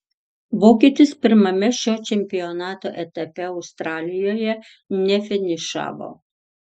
vokietis pirmame šio čempionato etape australijoje nefinišavo